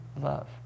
love